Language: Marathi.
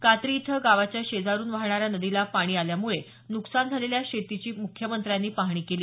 कात्री इथं गावाच्या शेजारुन वाहणाऱ्या नदीला पाणी आल्यामुळे नुकसान झालेल्या शेतीची मुख्यमंत्र्यांनी पाहणी केली